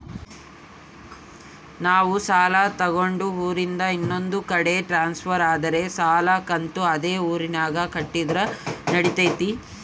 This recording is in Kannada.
ನಾವು ಸಾಲ ತಗೊಂಡು ಊರಿಂದ ಇನ್ನೊಂದು ಕಡೆ ಟ್ರಾನ್ಸ್ಫರ್ ಆದರೆ ಸಾಲ ಕಂತು ಅದೇ ಊರಿನಾಗ ಕಟ್ಟಿದ್ರ ನಡಿತೈತಿ?